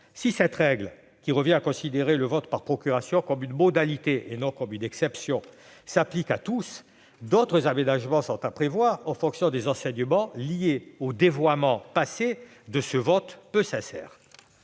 Si cette règle, qui revient à considérer que le vote par procuration est une modalité et non une exception, s'applique à tous, d'autres aménagements sont à prévoir. Ils devront tenir compte des enseignements tirés du dévoiement passé de ce vote peu sincère.